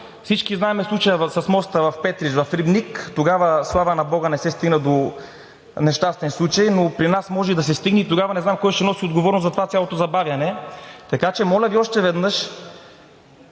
Всички знаем случая с моста в Петрич – в Рибник, тогава, слава на бога, не се стигна до нещастен случай, но при нас може и да се стигне и тогава не знам кой ще носи отговорност за цялото забавяне. Така че, моля Ви още веднъж,